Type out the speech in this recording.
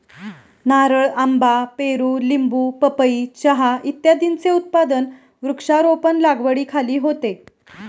नारळ, आंबा, पेरू, लिंबू, पपई, चहा इत्यादींचे उत्पादन वृक्षारोपण लागवडीखाली होते